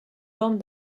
borne